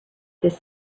this